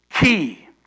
Key